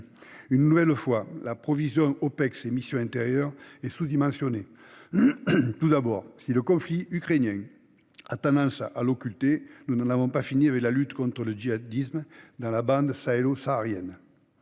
Une nouvelle fois, la provision Opex-missions intérieures (Missint) est sous-dimensionnée. Tout d'abord, si le conflit ukrainien a tendance à l'occulter, nous n'en avons pas fini de la lutte contre le djihadisme dans la bande sahélo-saharienne.